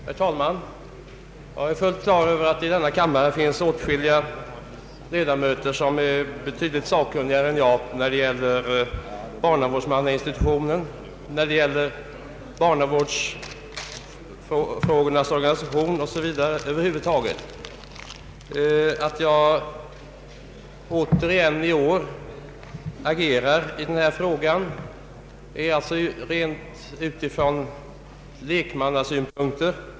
Herr talman! Jag är fullt på det klara med att det i denna kammare finns åtskilliga ledamöter som är betydligt sakkunnigare än jag när det gäller bar navårdsmannainstitutionen, barnavårdsfrågornas organisation över huvud taget, osv. När jag i år återigen agerar i den här frågan är det alltså utifrån rena lekmannasynpunkter.